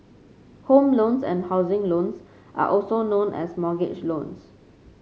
home loans and housing loans are also known as mortgage loans